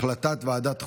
החלטת ועדת חוקה,